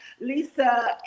Lisa